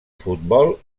futbol